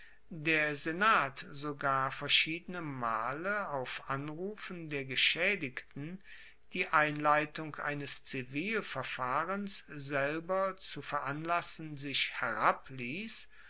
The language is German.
der senat sogar verschiedene male auf anrufen der geschaedigten die einleitung eines zivilverfahrens selber zu veranlassen sich